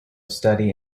study